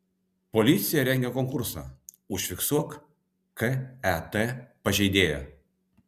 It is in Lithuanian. policija rengia konkursą užfiksuok ket pažeidėją